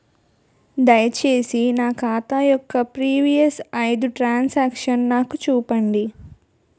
దయచేసి నా ఖాతా యొక్క ప్రీవియస్ ఐదు ట్రాన్ సాంక్షన్ నాకు చూపండి